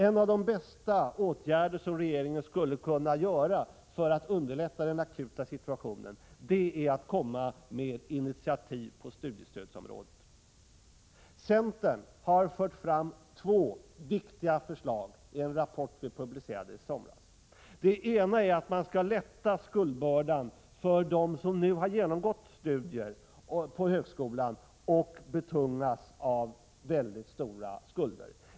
En av de bästa åtgärder som regeringen skulle kunna vidta för att underlätta den akuta situationen är att ta initiativ på studiestödsområdet. Centern har fört fram två viktiga förslag i en rapport som vi publicerade i somras. Det ena är att vi skall lätta skuldbördan för dem som nu har genomgått studier på högskolan och betungas av mycket stora skulder.